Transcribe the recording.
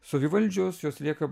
savivaldžios jos lieka